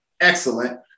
excellent